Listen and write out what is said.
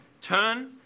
turn